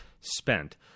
spent